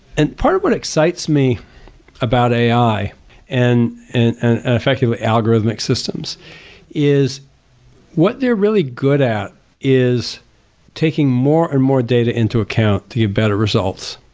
and part of what excites me about ai and and and effectively algorithmic systems is what they're really good at is taking more and more data into account to get better results.